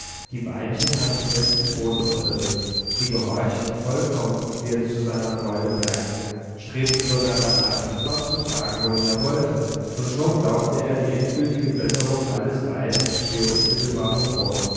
die beinchen hatten festen boden unter sich sie gehorchten vollkommen wie er zu seiner freude merkte strebten sogar danach ihn fortzutragen wohin er wollte und schon glaubte er die endgültige besserung alles leidens stehe unmittelbar bevor